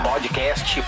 Podcast